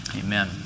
Amen